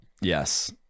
Yes